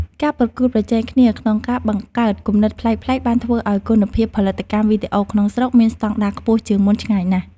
ការប្រកួតប្រជែងគ្នាក្នុងការបង្កើតគំនិតប្លែកៗបានធ្វើឱ្យគុណភាពផលិតកម្មវីដេអូក្នុងស្រុកមានស្តង់ដារខ្ពស់ជាងមុនឆ្ងាយណាស់។